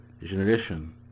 generation